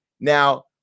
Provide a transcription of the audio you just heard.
Now